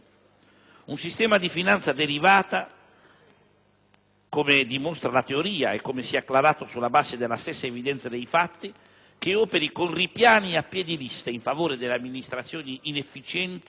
Un sistema di finanza derivata, come dimostra la teoria e come si è acclarato sulla base della stessa evidenza dei fatti, che operi con ripiani a piè di lista in favore delle amministrazioni inefficienti,